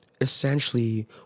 essentially